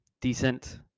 decent